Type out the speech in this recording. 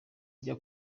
ijya